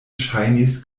ŝajnis